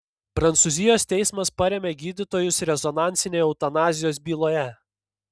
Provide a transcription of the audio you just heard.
prancūzijos teismas parėmė gydytojus rezonansinėje eutanazijos byloje